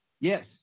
Yes